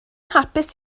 hapus